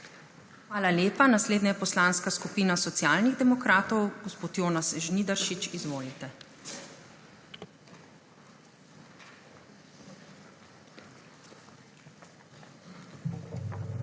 Hvala lepa. Naslednja je Poslanska skupina Socialnih demokratov. Gospod Jonas Žnidaršič, izvolite.